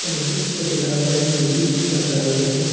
सामाजिक क्षेत्र के लाभ बैंक देही कि सरकार देथे?